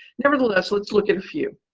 nevertheless, let's look at a few.